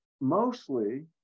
mostly